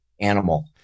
animal